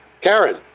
Karen